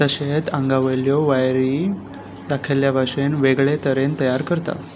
तशेंच आंगा वयल्यो वायरी दाखयल्ल्या भाशेन वेगळे तरेन तयार करता